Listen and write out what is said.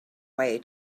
way